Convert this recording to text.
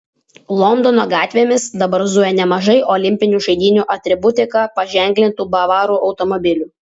londono gatvėmis dabar zuja nemažai olimpinių žaidynių atributika paženklintų bavarų automobilių